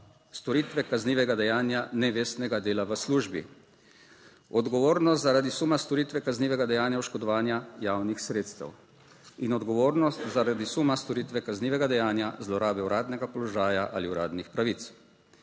storitve kaznivega dejanja nevestnega dela v službi, odgovornost zaradi suma storitve kaznivega dejanja oškodovanja javnih sredstev in odgovornost zaradi suma storitve kaznivega dejanja zlorabe uradnega položaja ali uradnih pravic.